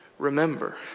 Remember